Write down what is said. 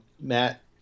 Matt